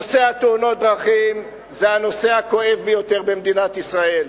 נושא תאונות הדרכים הוא הנושא הכואב ביותר במדינת ישראל.